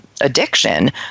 addiction